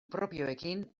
propioekin